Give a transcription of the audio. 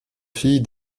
fille